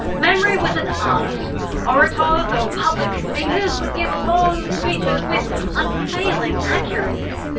memory was an art orators or public speakers would give long speeches with unfailing accuracy,